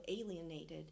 alienated